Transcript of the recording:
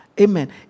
amen